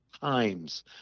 times